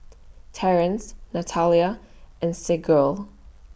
Terance Natalia and Sergio